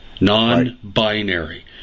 non-binary